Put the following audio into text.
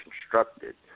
constructed